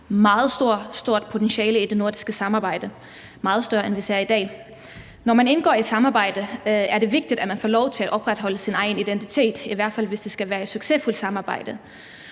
meget stort potentiale i det nordiske samarbejde – meget større, end vi ser i dag. Når man indgår i et samarbejde, er det vigtigt, at man får lov til at opretholde sin egen identitet, i hvert fald hvis det skal være et succesfuldt samarbejde.